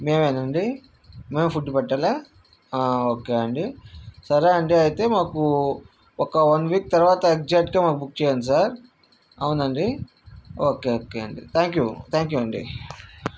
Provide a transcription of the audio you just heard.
మేమేనండి మేమే ఫుడ్ పెట్టాలా ఓకే అండి సరే అండి అయితే మాకు ఒక వన్ వీక్ తర్వాత ఎగ్జాక్ట్గా మాకు బుక్ చేయండి సార్ అవునా అండి ఓకే ఓకే అండి థ్యాంక్యూ థ్యాంక్యూ అండి